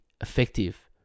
effective